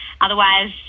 Otherwise